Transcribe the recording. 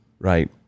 Right